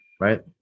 right